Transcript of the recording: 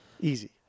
Easy